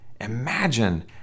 Imagine